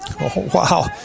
Wow